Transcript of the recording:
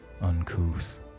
uncouth